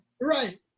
Right